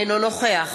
אינו נוכח